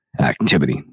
activity